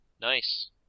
Nice